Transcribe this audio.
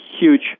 huge